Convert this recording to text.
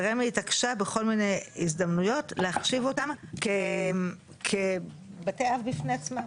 ורמ"י התעקשה בכל מיני הזדמנויות להחשיב אותם כבתי אב בפני עצמם.